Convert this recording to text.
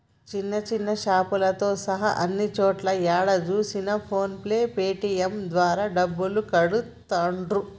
చిన్న చిన్న షాపులతో సహా అన్ని చోట్లా ఏడ చూసినా ఫోన్ పే పేటీఎం ద్వారా డబ్బులు కడతాండ్రు